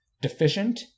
deficient